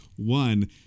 one